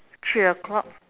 three o-clock